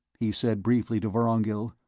he said briefly to vorongil,